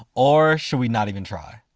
or should we not even try?